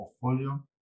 portfolio